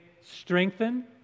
strengthen